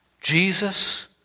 Jesus